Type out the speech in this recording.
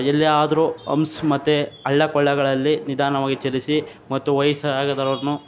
ಎಲ್ಲಿ ಆದ್ರೂ ಹಂಪ್ಸ್ ಮತ್ತು ಹಳ್ಳ ಕೊಳ್ಳಗಳಲ್ಲಿ ನಿಧಾನವಾಗಿ ಚಲಿಸಿ ಮತ್ತು ವಯ್ಸು ಆಗದವ್ರನ್ನು